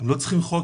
הם לא צריכים חוק,